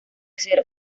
ser